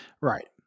right